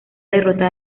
derrota